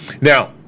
Now